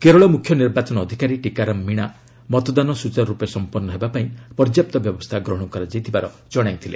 କେରଳ ମୁଖ୍ୟ ନିର୍ବାଚନ ଅଧିକାରୀ ଟିକାରାମ ମିଣା ମତଦାନ ସୁଚାରୁରୂପେ ସମ୍ପନ୍ନ ହେବାପାଇଁ ପର୍ଯ୍ୟାପ୍ତ ବ୍ୟବସ୍ଥା ଗ୍ରହଣ କରାଯାଇଥିବାର କଣାଇଥିଲେ